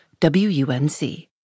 WUNC